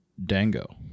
dango